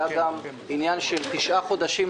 היה גם עניין של לתת היערכות של תשעה חודשים